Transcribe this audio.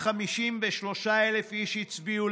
153,000 איש הצביעו